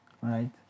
right